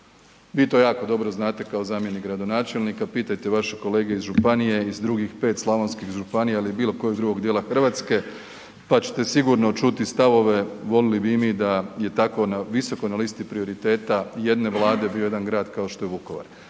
Vi to jako dobro znate kao zamjenik gradonačelnika, pitajte vaše kolege iz županije i iz drugih 5 slavonskih županija ili bilokojeg djela Hrvatske pa ćete sigurno čuti stavove, volili bi i mi da je tako visoko na listi prioriteta ijedne Vlade bio jedan grad kao što je bio Vukovar.